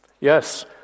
Yes